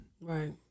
Right